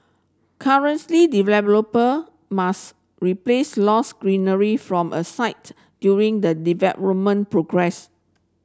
currently developer must replace lost greenery from a site during the development progress